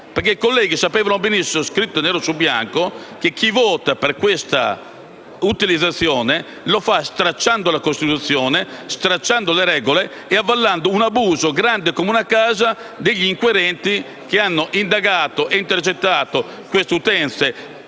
perché i colleghi sapevano benissimo (è scritto nero su bianco) che chi votava per questa utilizzazione lo faceva stracciando la Costituzione, le regole e avallando un abuso grande come una casa da parte degli inquirenti che hanno indagato e intercettato queste utenze